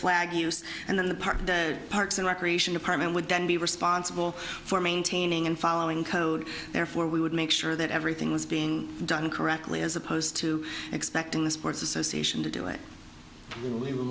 flag use and then the park parks and recreation department would then be responsible for maintaining and following code therefore we would make sure that everything was being done correctly as opposed to expecting the sports association to do it